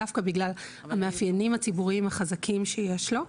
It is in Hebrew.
דווקא בגלל המאפיינים הציבוריים החזקים שיש לו.